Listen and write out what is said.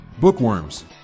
Bookworms